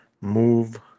Move